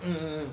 mm mm